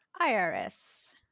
IRS